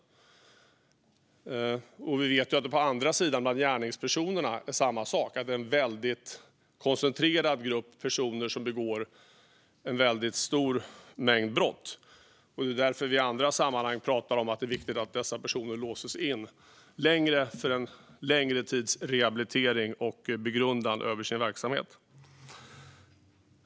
Vi vet också att det är samma sak på andra sidan, bland gärningspersonerna, det vill säga att det är en väldigt koncentrerad grupp personer som begår en stor mängd brott. Det är därför vi i andra sammanhang pratar om att det är viktigt att dessa personer låses in för en längre tids rehabilitering och begrundan över sin verksamhet.